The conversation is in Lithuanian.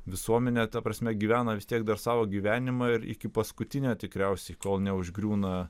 visuomenė ta prasme gyvena vis tiek dar savo gyvenimą ir iki paskutinio tikriausiai kol neužgriūna